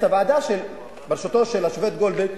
את הוועדה בראשותו של השופט גולדברג,